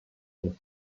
styles